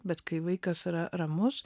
bet kai vaikas yra ramus